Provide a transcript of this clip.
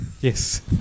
Yes